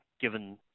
given